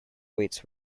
weights